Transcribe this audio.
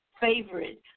favorite